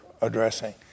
addressing